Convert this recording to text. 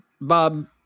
Bob